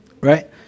Right